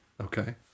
Okay